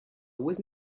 was